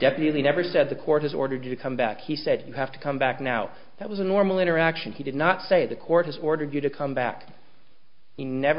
definitely never said the court has ordered you to come back he said you have to come back now that was a normal interaction he did not say the court has ordered you to come back he never